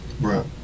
Right